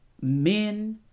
men